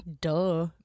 Duh